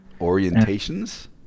Orientations